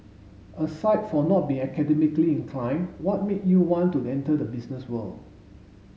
aside from not being academically inclined what made you want to enter the business world